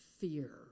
fear